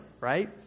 right